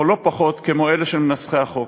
או לא פחות, כמו אלה של מנסחי החוק.